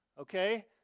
Okay